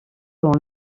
dans